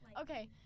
Okay